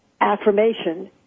affirmation